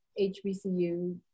HBCU